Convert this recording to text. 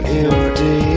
empty